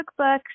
cookbooks